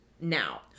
Now